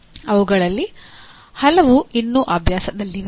ಅವುಗಳಲ್ಲಿ ಹಲವು ಇನ್ನೂ ಅಭ್ಯಾಸದಲ್ಲಿವೆ